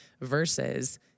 versus